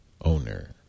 owner